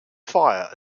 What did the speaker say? fire